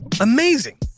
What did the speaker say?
Amazing